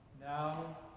now